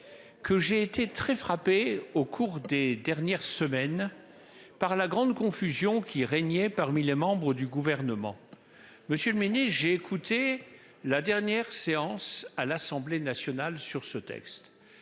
Que j'ai été très frappé au cours des dernières semaines. Par la grande confusion qui régnait parmi les membres du gouvernement. Monsieur le mini j'ai écouté la dernière séance à l'Assemblée nationale sur ce texte.